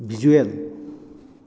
visual